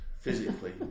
physically